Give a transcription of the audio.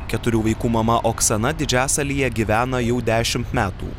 keturių vaikų mama oksana didžiasalyje gyvena jau dešimt metų